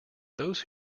those